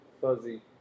fuzzy